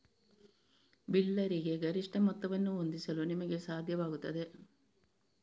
ಬಿಲ್ಲರಿಗೆ ಗರಿಷ್ಠ ಮೊತ್ತವನ್ನು ಹೊಂದಿಸಲು ನಿಮಗೆ ಸಾಧ್ಯವಾಗುತ್ತದೆ